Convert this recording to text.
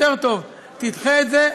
יותר טוב תדחה את זה,